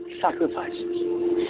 sacrifices